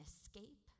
escape